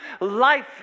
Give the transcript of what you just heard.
life